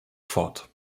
fort